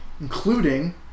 including